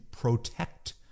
protect